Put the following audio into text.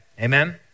Amen